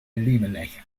elimelech